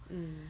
um